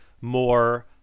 more